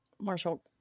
Marshall